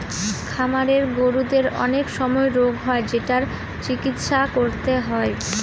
খামারের গরুদের অনেক সময় রোগ হয় যেটার চিকিৎসা করতে হয়